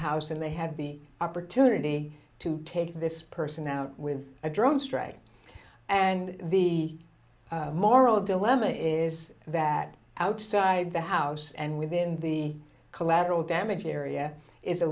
house and they have the opportunity to take this person out with a drone strike and the moral dilemma is that outside the house and within the collateral damage area is a